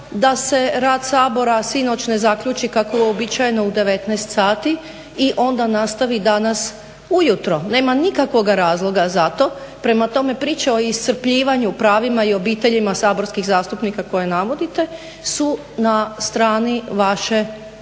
da se rad Sabora sinoć ne zaključi kako je uobičajeno u 19 sati i onda nastavi danas ujutro. Nema nikakvoga razloga za to. Prema tome priče o iscrpljivanju, pravima i obiteljima saborskih zastupnika koje navodite su na strani vaše